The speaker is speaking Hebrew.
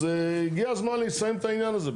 אז הגיע הזמן לסיים את העניין הזה,